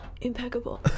Impeccable